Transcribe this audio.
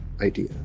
idea